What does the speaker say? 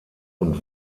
und